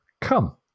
Come